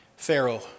Pharaoh